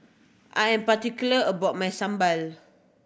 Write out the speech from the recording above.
I am particular about my sambal